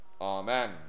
Amen